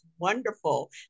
Wonderful